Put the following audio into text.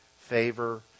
favor